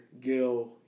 Gil